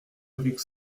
avec